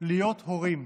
להיות הורים,